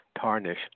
tarnish